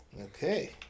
Okay